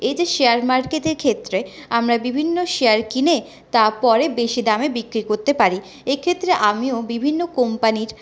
এই যে শেয়ার মার্কেটের ক্ষেত্রে আমরা বিভিন্ন শেয়ার কিনে তা পরে বেশি দামে বিক্রি করতে পারি এক্ষেত্রে আমিও বিভিন্ন কোম্পানির